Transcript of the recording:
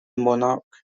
monarch